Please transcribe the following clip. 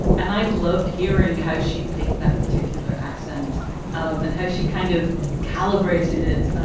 and i loved hearing how she picked that particular accent and how she kind of calibrated it,